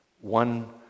one